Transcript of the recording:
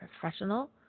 professional